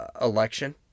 election